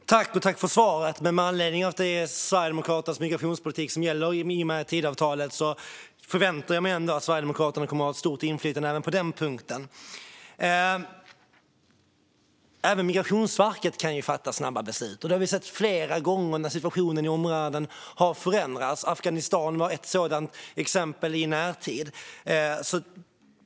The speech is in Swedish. Herr talman! Jag tackar ledamoten för svaret, men med anledning av att det är Sverigedemokraternas migrationspolitik som gäller i och med Tidöavtalet förväntar jag mig ändå att Sverigedemokraterna kommer att ha stort inflytande även på den här punkten. Även Migrationsverket kan ju fatta snabba beslut. Det har vi sett flera gånger när situationen i ett område har förändrats. Afghanistan är ett sådant exempel i närtid.